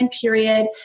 period